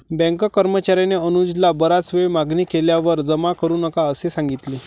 bank कर्मचार्याने अनुजला बराच वेळ मागणी केल्यावर जमा करू नका असे सांगितले